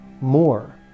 more